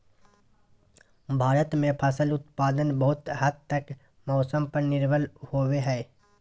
भारत में फसल उत्पादन बहुत हद तक मौसम पर निर्भर होबो हइ